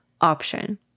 option